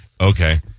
okay